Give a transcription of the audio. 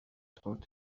taught